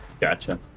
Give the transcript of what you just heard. Gotcha